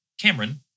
Cameron